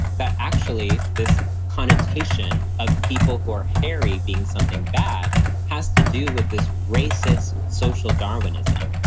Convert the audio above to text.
that actually this connotation of people who are hairy being something bad has to do with this racist social darwinism,